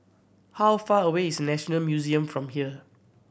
how far away is National Museum from here